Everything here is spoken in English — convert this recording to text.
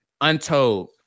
Untold